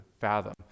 fathom